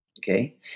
okay